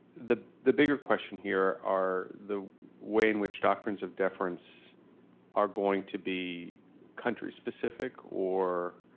the the bigger question here are, the way in which doctrines of deference are going to be country-specific or